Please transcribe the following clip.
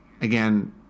again